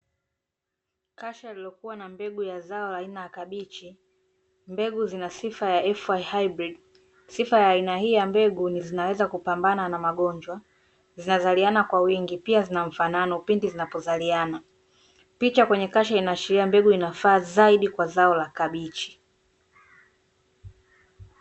Kasha lilokuwa na mbegu ya zao aina ya kabichi. Mbegu zina sifa ya FY hybrid. Sifa ya aina hii ya mbegu ni zinaweza kupambana na magonjwa, zinazaliana kwa wingi pia zina mfanano pindi zinapozaliana. Picha kwenye kasha inashiria mbegu inafaa zaidi kwa zao la kabichi.